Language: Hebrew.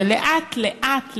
ולאט-לאט,